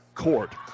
court